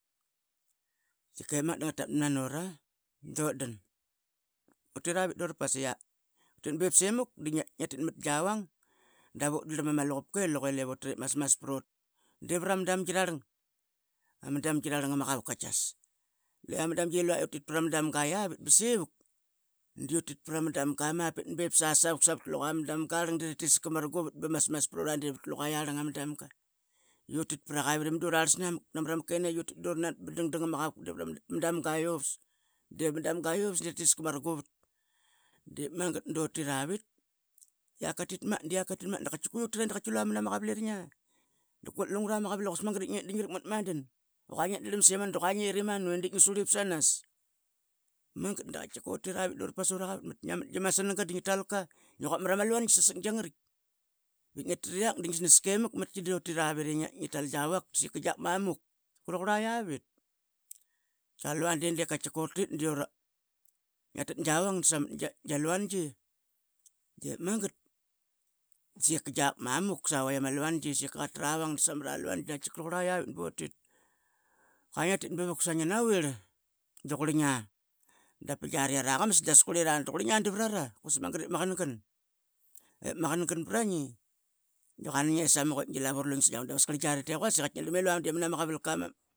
Tkikep magat dangra dapblamna nora utir avit durpas utit bip simul di ngia tit mat gavang davut drlam ama luqupka lep util ip masmas prot divrama damgi ararlang prama damgi ararlang ama kavuk katkias. Luia ma damgi lua utit prama damga lavit basevuk diutit prama damga irlang bip sasavuk savat luqu iarlang ama damga i ratiska ma. Ruguvat ba masmas prota di vat luqu iarlang ama damga. Utit pravka avit imaidu ararlas namak namava ma kenaiqi utit duranbat ba dangdang amaqavuk pama dama iuvas ratiska ma Ruguvat utiravit iak katit ma dia katit ma utira di katki ma mana ma qavaliringa lungura ma qaval i quasik magat i nget dingi vakmat madan qua ngiatk drlam simanu daqua di ngia ngirimanu idip ngi surlip sanas. Magat da katkika utira avit ngiamat gi masanga dingi talka, mgi quapat mara ma luangi sasak giangritk bi ngia triak di ngi snaskaimak matki dutira vit ingi tal gia vak di giak mamuk, tkika raukura ia vit. tkiakar lua dutit ngia tat gavang samat gia luangi. Dip magat dasaiyika giak mamuk sa vaitk ama luangi, qa travang samra vaitk ama luangi qua ngia tit ba vuksaingi navirl duqurlingia da pa giari araqamas duqurlinga davrara quasik magt ip ma qangan. Ep ma qangan pra ngi di rqua nginget samuk i gia lavu rlungi si giavang dav asqarl diari di quasik. Ngia drlam i lua di mana ma qavolka ma.